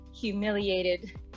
humiliated